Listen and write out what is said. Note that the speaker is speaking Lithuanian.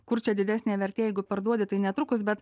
kur čia didesnė vertė jeigu parduodi tai netrukus bet